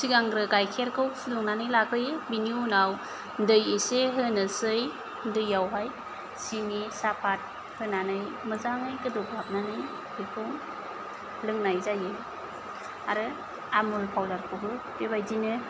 सिगांग्रो गाइखेरखौ फुदुंनानै लाबोयो बिनि उनाव दै इसे होनोसै दैयावहाय सिनि सापात होनानै मोजाङै गोदौफबनानै बेखौ लोंनाय जायो आरो आमुल पावदारखौबो बेबायदिनो